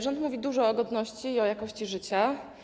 Rząd mówi dużo o godności i o jakości życia.